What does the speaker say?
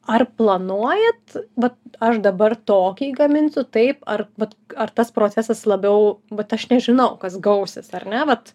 ar planuojat vat aš dabar tokį gaminsiu taip ar vat ar tas procesas labiau vat aš nežinau kas gausis ar ne vat